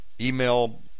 email